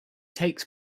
takes